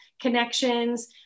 connections